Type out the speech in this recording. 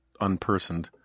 unpersoned